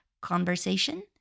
conversation